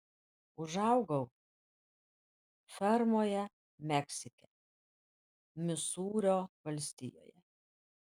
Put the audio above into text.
užaugau fermoje meksike misūrio valstijoje